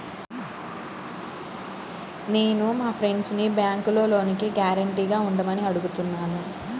నేను మా ఫ్రెండ్సుని బ్యేంకులో లోనుకి గ్యారంటీగా ఉండమని అడుగుతున్నాను